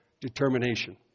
determination